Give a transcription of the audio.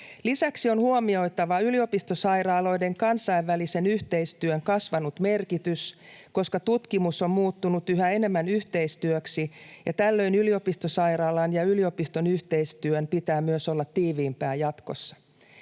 Lisäksi on huomioitava yliopistosairaaloiden kansainvälisen yhteistyön kasvanut merkitys, koska tutkimus on muuttunut yhä enemmän yhteistyöksi, ja tällöin yliopistosairaalan ja yliopiston yhteistyön pitää myös olla tiiviimpää jatkossa.